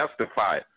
justify